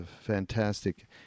fantastic